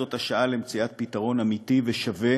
זאת השעה למציאת פתרון אמיתי ושווה